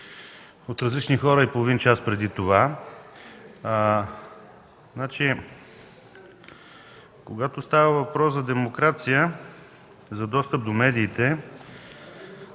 от различни хора и половин час преди това. Когато става въпрос за демокрация, за достъп до медиите,